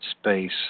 space